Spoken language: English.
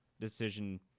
decision